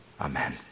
Amen